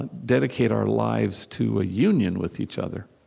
and dedicate our lives to a union with each other